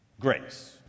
grace